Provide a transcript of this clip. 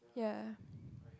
yeah